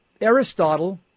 Aristotle